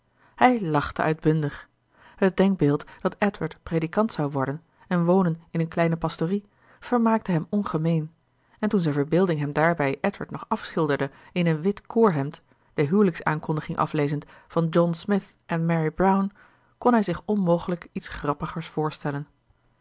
hij lachte uitbundig het denkbeeld dat edward predikant zou worden en wonen in een kleine pastorie vermaakte hem ongemeen en toen zijn verbeelding hem daarbij edward nog afschilderde in een wit koorhemd de huwelijksaankondiging aflezend van john smith en mary brown kon hij zich onmogelijk iets grappigers voorstellen